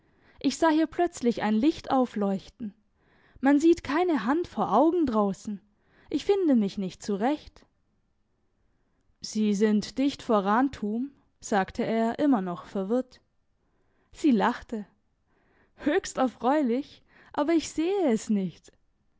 ich sah hier plötzlich ein licht aufleuchten man sieht keine hand vor augen draussen ich finde mich nicht zurecht sie sind dicht vor rantum sagte er immer noch verwirrt sie lachte höchst erfreulich aber ich sehe es nicht